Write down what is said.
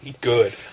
good